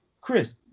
Chris